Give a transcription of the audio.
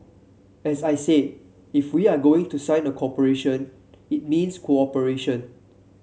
as I said if we are going to sign a cooperation it means cooperation